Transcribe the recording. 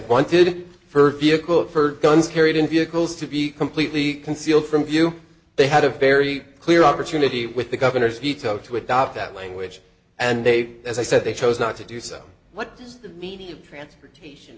wanted for vehicle for guns carried in vehicles to be completely concealed from view they had a very clear opportunity with the governor's veto to adopt that language and they as i said they chose not to do so what is the meaning of transportation